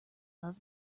love